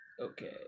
okay